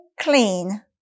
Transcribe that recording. clean